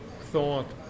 thought